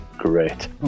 Great